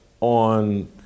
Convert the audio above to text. on